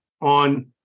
on